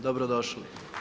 Dobrodošli.